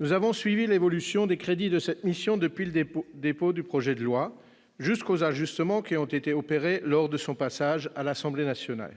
Nous avons suivi l'évolution des crédits de cette mission depuis le dépôt du projet de loi jusqu'aux ajustements qui ont été opérés lors de son passage à l'Assemblée nationale.